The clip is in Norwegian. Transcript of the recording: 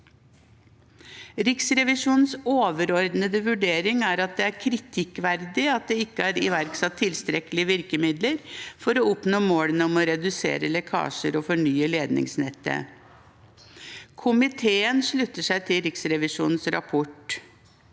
Riksrevisjonens overordnede vurdering er at det er kritikkverdig at det ikke er iverksatt tilstrekkelige virkemidler for å oppnå målene om å redusere lekkasjer og fornye ledningsnettet. Komiteen slutter seg til Riksrevisjonens rapport.